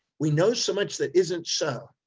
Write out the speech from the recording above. we know so much that isn't so,